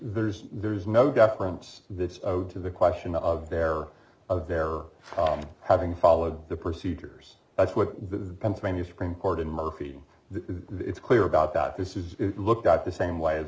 there's there's no deference this to the question of their of their having followed the procedures that's what the pennsylvania supreme court in murphy it's clear about that this is looked at the same way as